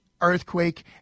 earthquake